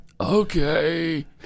Okay